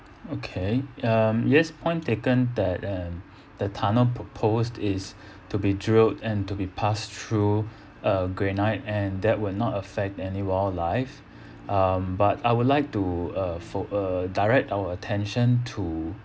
okay um yes point taken that um the tunnel proposed is to be drilled and to be passed through uh granite and that will not affect any wildlife um but I would like to uh fo~ uh direct our attention to